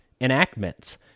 enactments